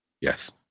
Yes